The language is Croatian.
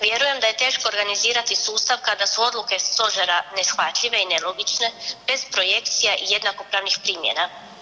Vjerujem da je teško organizirati sustav kada su odluke stožera neshvatljive i nelogične bez projekcija jednakopravnih primjena.